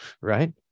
right